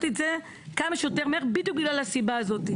את זה כמה שיותר מהר בדיוק בגלל הסיבה הזאת,